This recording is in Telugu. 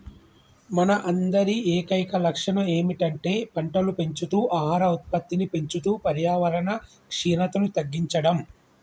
మన అందరి ఏకైక లక్షణం ఏమిటంటే పంటలు పెంచుతూ ఆహార ఉత్పత్తిని పెంచుతూ పర్యావరణ క్షీణతను తగ్గించడం